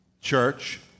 church